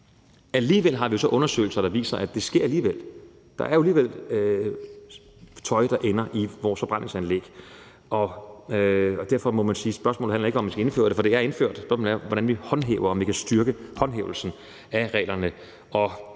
Alligevel har vi så undersøgelser, der viser, at det alligevel sker. Der er alligevel tøj, der ender i vores forbrændingsanlæg. Og derfor må man sige, at spørgsmålet ikke handler om at genindføre det, for det er indført. Spørgsmålet er, hvordan vi håndhæver det, og om vi kan styrke håndhævelsen af reglerne.